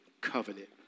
Covenant